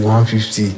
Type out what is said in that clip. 150